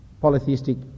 polytheistic